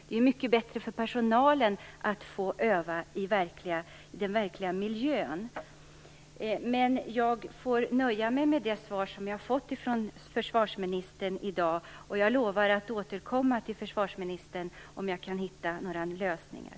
Det är mycket bättre för personalen att få öva i den verkliga miljön. Jag får nöja mig med det svar som jag fått av försvarsministern i dag. Jag lovar att återkomma om jag kan hitta några lösningar.